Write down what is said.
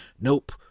Nope